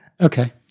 okay